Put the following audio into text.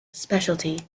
speciality